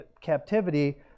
captivity